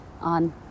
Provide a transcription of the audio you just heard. on